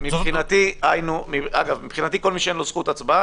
מבחינתי כל מי שאין לו זכות הצבעה.